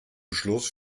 schluss